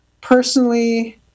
personally